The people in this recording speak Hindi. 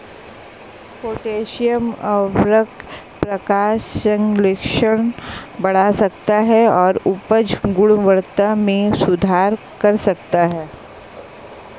पोटेशियम उवर्रक प्रकाश संश्लेषण बढ़ा सकता है और उपज गुणवत्ता में सुधार कर सकता है